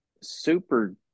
super